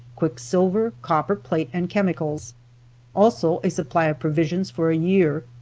quicksilver, copper plate and chemicals also a supply of provisions for a year.